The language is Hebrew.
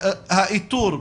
האיתור.